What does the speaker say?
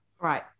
Right